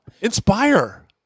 Inspire